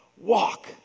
walk